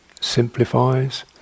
simplifies